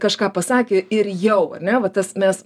kažką pasakė ir jau ar ne va tas mes